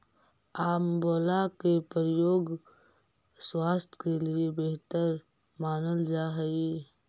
आंवला के प्रयोग स्वास्थ्य के लिए बेहतर मानल जा हइ